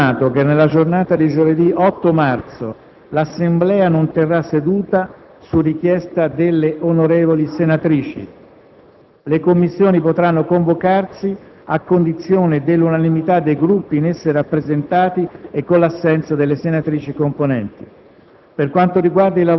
Resta confermato che nella giornata di giovedì 8 marzo l'Assemblea non terrà seduta, su richiesta delle onorevoli senatrici. Le Commissioni potranno convocarsi a condizione dell'unanimità dei Gruppi in esse rappresentati e con l'assenso delle senatrici componenti.